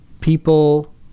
people